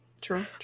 true